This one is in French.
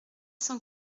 cent